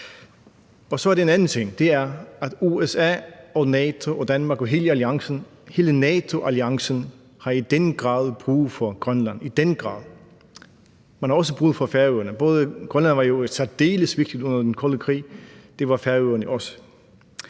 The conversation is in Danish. USA, NATO, Danmark og hele NATO-alliancen i den grad har brug for Grønland, og man har også brug for Færøerne. Grønland var jo særdeles vigtig under den kolde krig, og det var Færøerne også.